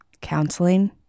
counseling